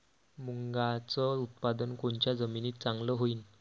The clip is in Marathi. मुंगाचं उत्पादन कोनच्या जमीनीत चांगलं होईन?